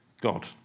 God